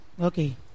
Okay